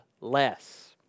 less